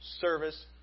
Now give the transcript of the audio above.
Service